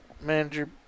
manager